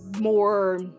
more